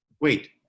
Wait